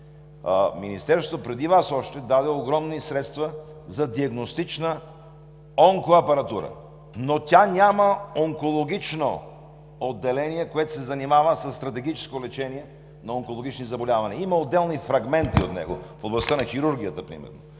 Министерството още преди Вас даде огромни средства за диагностична онкоапаратура, но тя няма онкологично отделение, което се занимава със стратегическо лечение на онкологични заболявания. Има отделни фрагменти от него в областта на хирургията примерно,